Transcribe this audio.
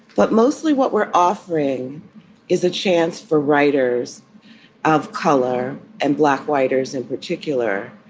but mostly what we're offering is a chance for writers of color and black waiters, in particular,